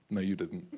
no you didn't.